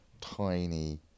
tiny